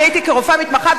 אני הייתי כרופאה מתמחה,